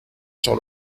sur